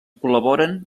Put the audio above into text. col·laboren